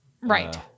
right